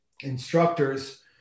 instructors